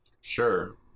Sure